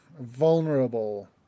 vulnerable